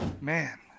man